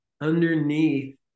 underneath